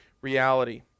reality